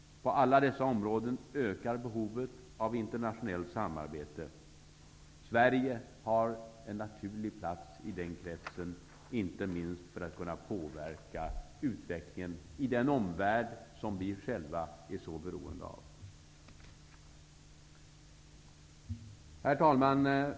På alla dessa områden ökar behovet av internationellt samarbete. Sverige har en naturlig plats i den kretsen, inte minst för att kunna påverka utvecklingen i den omvärld som vi själva är så beroende av. Herr talman!